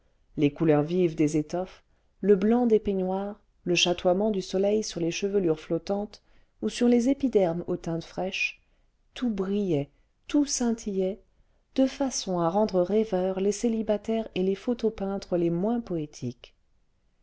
les couleurs vives des étoffes le blanc des peignoirs le chatoiement du soleil sur les chevelures flottantes ou sur les épidémies aux teintes fraîches tout brillait tout scintillait de façon à rendre rêveurs les célibataires et les photo peintres les moins poétiques